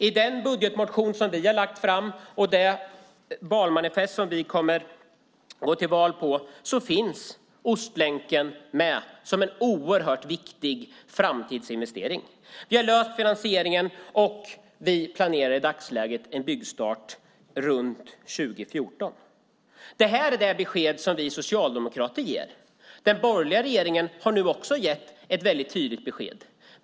I den budgetmotion som vi har lagt fram och det valmanifest som vi kommer att gå till val på finns Ostlänken med som en oerhört viktig framtidsinvestering. Vi har löst finansieringen, och vi planerar i dagsläget en byggstart runt 2014. Det är det besked som vi socialdemokrater ger. Den borgerliga regeringen har nu också gett ett tydligt besked.